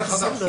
זה נושא חדש.